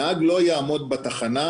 זאת נישה אחת.